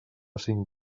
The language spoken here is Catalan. cinc